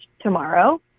tomorrow